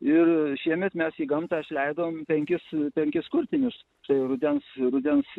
ir šiemet mes į gamtą išleidom penkis penkis kurtinius tai rudens rudens